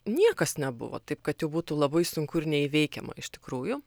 niekas nebuvo taip kad jau būtų labai sunku ir neįveikiama iš tikrųjų